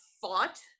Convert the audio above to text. fought